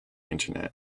internet